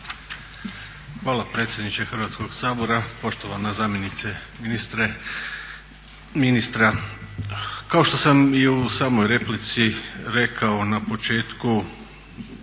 Hvala predsjedniče Hrvatskog sabora, poštovana zamjenice ministra. Kao što sam i u samoj replici rekao na početku